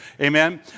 Amen